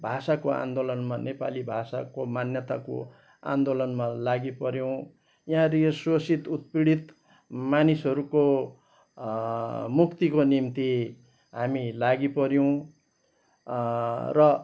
भाषाको आन्दोलनमा नेपाली भाषाको मान्यताको आन्दोलनमा लागि पऱ्यौँ यहाँहरू यो शोषित उत्पीडीत मानिसहरूको मुक्तिको निम्ति हामी लागि पऱ्यौँ र